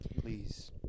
Please